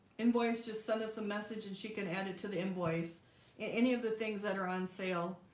invoice just send us a message and she can add it to the invoice any of the things that are on sale?